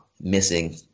missing